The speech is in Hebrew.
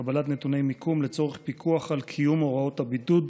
(קבלת נתוני מיקום לצורך פיקוח על קיום הוראות הבידוד),